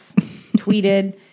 tweeted